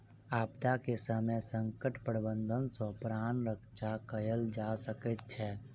आपदा के समय संकट प्रबंधन सॅ प्राण रक्षा कयल जा सकै छै